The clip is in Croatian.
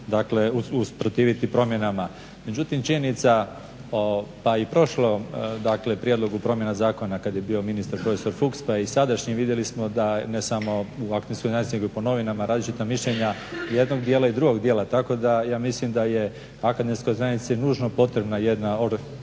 dakle usprotiviti promjenama. Međutim, činjenica o, pa i prošlom dakle prijedlogu promjena zakona kad je bio ministar profesor Fucks, pa i sadašnji, vidjeli smo da ne samo u ovakvim …/Govornik se ne razumije./… nego i po novinama različita mišljenja jednog dijela i drugog dijela. Tako da ja mislim da je akademskoj zajednici nužno potrebna jedna